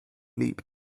leap